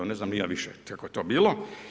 Ne znam ni ja više kako je to bilo.